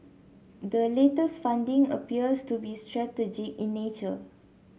the latest funding appears to be strategic in nature